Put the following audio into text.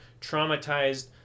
traumatized